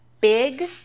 big